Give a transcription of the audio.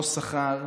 שכר,